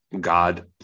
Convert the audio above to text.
God